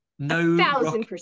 no